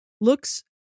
looks